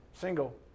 Single